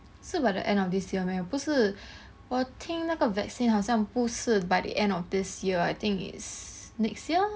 是 by the end of this year meh 不是我听那个 vaccine 好像不是 by the end of this year I think is next year